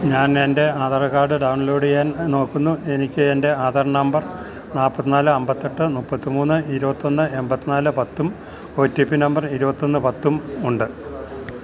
ഞാൻ എൻ്റെ Aadhaar card download ചെയ്യാൻ നോക്കുന്നു എനിക്ക് എൻ്റെ ആധാർ നമ്പർ നാൽപ്പത്തിനാല് അൻപത്തെട്ട് മുപ്പത്തിമൂന്ന് ഇരുപത്തിമൂന്ന് എൺപത്തിനാല് ൽ പത്തും ഒ ടി പി നമ്പർ ഇരുപത്തൊന്ന് പത്തും ഉണ്ട്